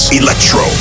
electro